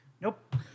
Nope